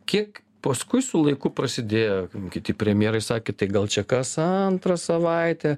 kiek paskui su laiku prasidėjo kiti premjerai sakė tai gal čia kas antrą savaitę